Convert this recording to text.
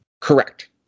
Correct